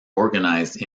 organised